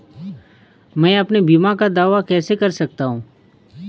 मैं अपने बीमा का दावा कैसे कर सकता हूँ?